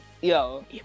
Yo